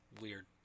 weird